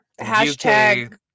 Hashtag